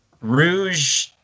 Rouge